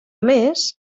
més